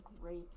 great